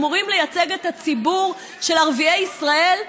ואמורים לייצג את הציבור של ערביי ישראל,